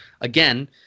Again